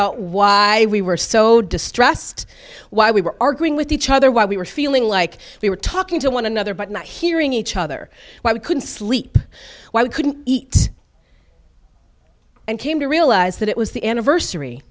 out why we were so distressed why we were arguing with each other why we were feeling like we were talking to one another but not hearing each other why we couldn't sleep why we couldn't eat and came to realize that it was the anniversary